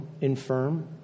infirm